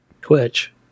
Twitch